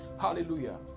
hallelujah